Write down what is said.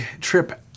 trip